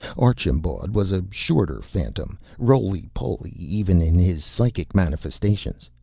archambaud was a shorter phantom, rolypoly even in his psychic manifestations,